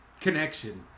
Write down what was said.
connection